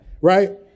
right